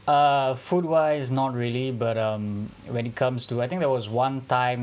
uh food wise not really but um when it comes to I think there was one time